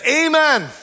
amen